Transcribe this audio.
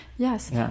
Yes